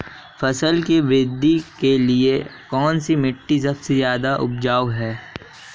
फसल की वृद्धि के लिए कौनसी मिट्टी सबसे ज्यादा उपजाऊ है?